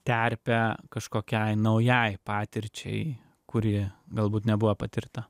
terpę kažkokiai naujai patirčiai kuri galbūt nebuvo patirta